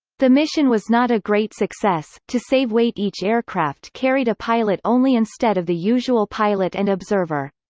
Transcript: the mission was not a great success to save weight each aircraft carried a pilot only instead of the usual pilot and observer.